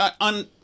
on